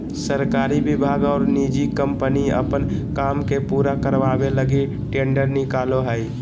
सरकारी विभाग और निजी कम्पनी अपन काम के पूरा करावे लगी टेंडर निकालो हइ